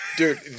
Dude